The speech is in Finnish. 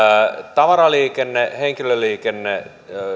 tavaraliikennettä ja henkilöliikennettä